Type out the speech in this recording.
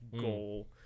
goal